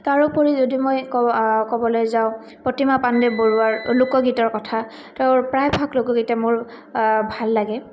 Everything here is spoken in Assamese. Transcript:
তাৰোপৰি যদি মই ক'বলৈ যাওঁ প্ৰতিমা পাণ্ডে বৰুৱাৰ লোকগীতৰ কথা তেওঁৰ প্ৰায়ভাগ লোকগীতে মোৰ ভাল লাগে